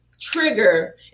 trigger